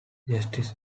justice